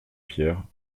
pierres